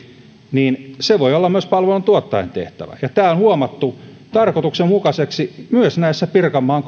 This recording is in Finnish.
voi olla myös palveluntuottajan tehtävä tämä on huomattu tarkoituksenmukaiseksi myös näissä pirkanmaan